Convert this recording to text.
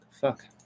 Fuck